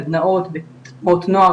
סדנאות והכשרות לתלמידים